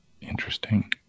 Interesting